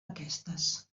aquestes